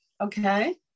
Okay